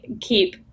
keep